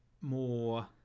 more